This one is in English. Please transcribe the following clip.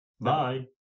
Bye